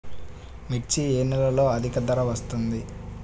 మిర్చి ఏ నెలలో అధిక ధర వస్తుంది?